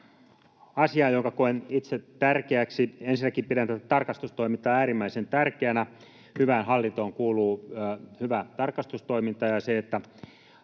asia, jonka koen itse tärkeäksi. Ensinnäkin pidän tätä tarkastustoimintaa äärimmäisen tärkeänä. Hyvään hallintoon kuuluu hyvä tarkastustoiminta ja se, että